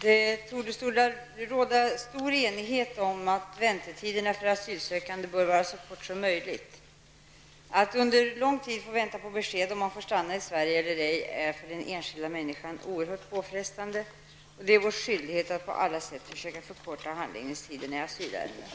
Det torde råda stor enighet om att väntetiderna för asylsökande bör vara så korta som möjligt. Att under lång tid vänta på besked om man får stanna i Sverige eller ej för den enskilde människan är oerhört påfrestande, och det är vår skyldighet att på alla sätt försöka förkorta handläggningstiderna i asylärenden.